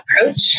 approach